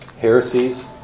Heresies